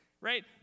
right